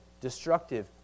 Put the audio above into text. destructive